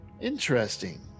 Interesting